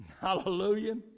Hallelujah